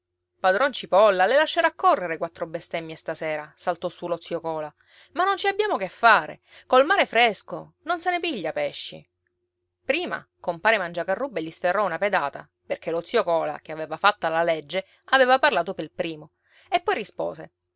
padron cipolla le lascerà correre quattro bestemmie stasera saltò su lo zio cola ma non ci abbiamo che fare col mare fresco non se ne piglia pesci prima compare mangiacarrubbe gli sferrò una pedata perché lo zio cola che aveva fatta la legge aveva parlato pel primo e poi rispose